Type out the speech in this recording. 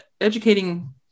educating